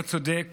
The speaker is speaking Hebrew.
לא צודק